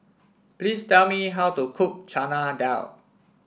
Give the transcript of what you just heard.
please tell me how to cook Chana Dal